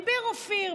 דיבר אופיר,